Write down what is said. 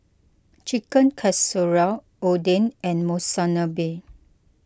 Chicken Casserole Oden and Monsunabe